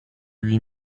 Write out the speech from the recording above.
huit